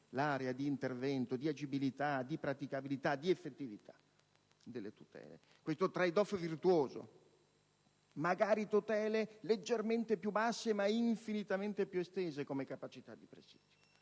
l'area di intervento, di agibilità, di praticabilità e di effettività delle tutele. Un *trade off* virtuoso, fatto magari di tutele leggermente più basse, ma infinitamente più estese, come capacità di presidio.